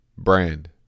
Brand